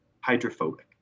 hydrophobic